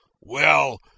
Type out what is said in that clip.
Well